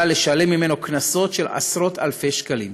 לשלם ממנו קנסות של עשרות אלפי שקלים,